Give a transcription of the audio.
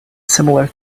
similar